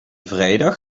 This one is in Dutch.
vrijdag